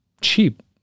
cheap